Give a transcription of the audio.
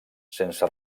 sense